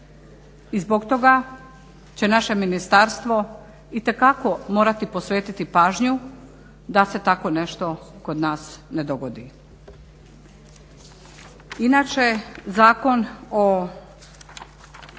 zbog toga će naše ministarstvo itekako morati posvetiti pažnju da se tako nešto kod nas ne dogodi.